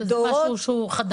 שזה משהו שהוא חדש.